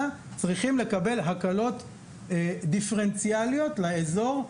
צריכים לקבל הקלות דיפרנציאליות לאזור,